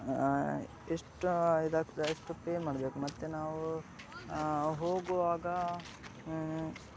ಎಷ್ಟೂ ಇದಾಗ್ತದೆ ಅಷ್ಟು ಪೇ ಮಾಡ್ಬೇಕು ಮತ್ತು ನಾವು ಹೋಗುವಾಗ